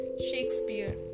Shakespeare